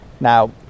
Now